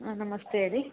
ಹಾಂ ನಮಸ್ತೆ ಹೇಳಿ